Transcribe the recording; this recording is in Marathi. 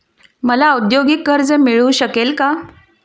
मला औद्योगिक कर्ज मिळू शकेल का?